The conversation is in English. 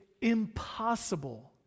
impossible